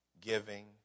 giving